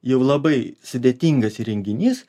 jau labai sudėtingas įrenginys